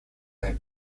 time